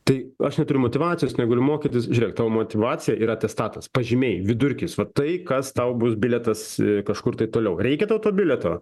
tai aš neturiu motyvacijos negaliu mokytis žiūrėk tavo motyvacija yra atestatas pažymiai vidurkis va tai kas tau bus bilietas kažkur tai toliau reikia tau to bilieto